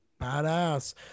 Badass